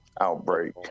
outbreak